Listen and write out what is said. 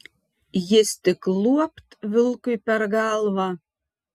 jis tik luopt vilkui per galvą